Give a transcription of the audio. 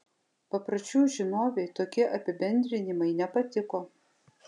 papročių žinovei tokie apibendrinimai nepatiko